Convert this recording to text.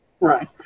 right